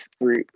group